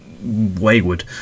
wayward